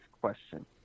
question